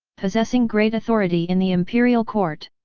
possessing great authority in the imperial court.